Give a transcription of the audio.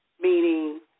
meaning